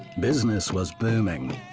business was booming.